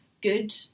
Good